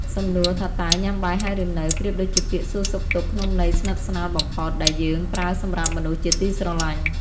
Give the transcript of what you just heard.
សំណួរថាតើញ៉ាំបាយហើយឬនៅប្រៀបដូចជាពាក្យសួរសុខទុក្ខក្នុងន័យស្និទ្ធស្នាលបំផុតដែលយើងប្រើសម្រាប់មនុស្សជាទីស្រឡាញ់។